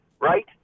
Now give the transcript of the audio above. right